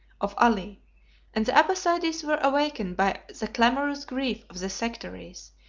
of ali and the abbassides were awakened by the clamorous grief of the sectaries,